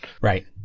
Right